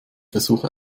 versuche